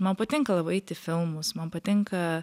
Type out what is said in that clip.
man patinka labai eit į filmus man patinka